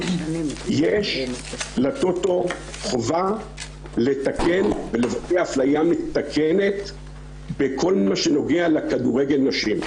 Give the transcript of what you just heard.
יש לטוטו חובה לתקן ולבטא אפליה מתקנת בכל מה שנוגע לכדורגל נשים.